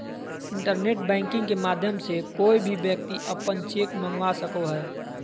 internet banking के माध्यम से कोय भी व्यक्ति अपन चेक मंगवा सको हय